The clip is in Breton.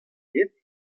get